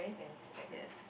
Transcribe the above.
yes